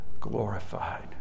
glorified